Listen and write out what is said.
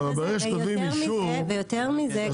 ויותר מזה,